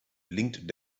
blinkt